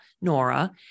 nora